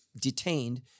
detained